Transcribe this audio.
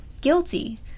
guilty